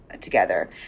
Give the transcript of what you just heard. together